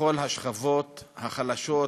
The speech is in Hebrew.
לכל השכבות החלשות,